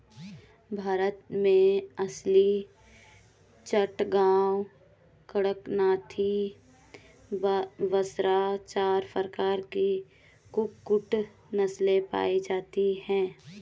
भारत में असील, चटगांव, कड़कनाथी, बसरा चार प्रकार की कुक्कुट नस्लें पाई जाती हैं